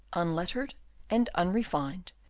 unlettered and unrefined,